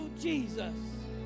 jesus